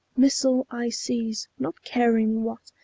missile i seize, not caring what,